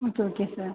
okay okay sir